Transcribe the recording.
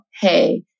hey